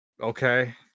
Okay